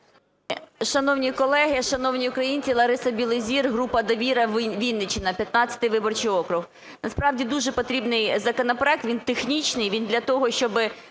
Шановні колеги, шановні українці! Лариса Білозір, група "Довіра", Вінниччина, 15-й виборчий округ. Насправді дуже потрібний законопроект, він технічний, він для того, щоби